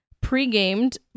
pre-gamed